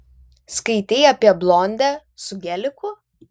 skaitei apie blondę su geliku